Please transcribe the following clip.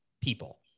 people